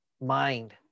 mind